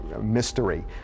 mystery